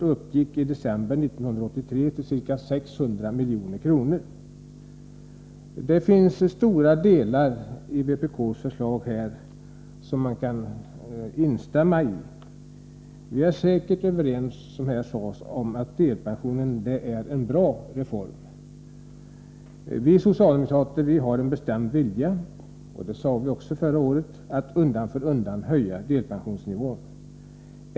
Det uppgick i december 1983 till ca 600 milj.kr. Det finns stora delar i vpk:s förslag som man kan instämma i. Vi är säkert överens om att delpensionen är en bra reform. Vi socialdemokrater har en bestämd vilja — det sade vi också förra året — att undan för undan höja delpensionsnivån.